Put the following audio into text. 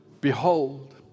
behold